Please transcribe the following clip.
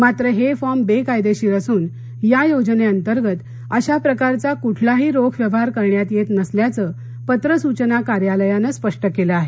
मात्र हे फॉर्म बेकायदेशीर असून या योजनेअंतर्गत अशा प्रकारचा कुठलाही रोख व्यवहार करण्यात येत नसल्याचं पत्र सुचना कार्यालयानं स्पष्ट केलं आहे